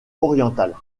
orientale